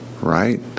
right